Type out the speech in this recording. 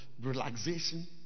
relaxation